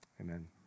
amen